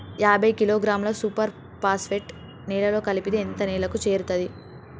యాభై కిలోగ్రాముల super phosphate నేలలో కలిపితే ఎంత నేలకు చేరుతది?